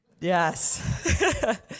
Yes